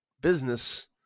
business